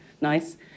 nice